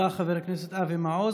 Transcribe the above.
תודה, חבר הכנסת אבי מעוז.